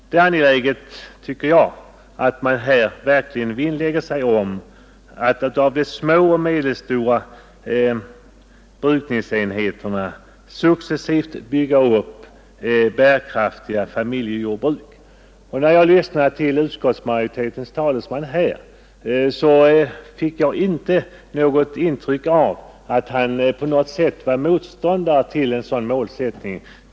Det är angeläget, anser jag, att man verkligen vinnlägger sig om att av de små och medelstora brukningsenheterna successivt bygga upp bärkraftiga familjejordbruk. När jag lyssnade till utskottsmajoritetens talesman här fick jag inte något intryck av att han på något sätt är motståndare till en sådan målsättning.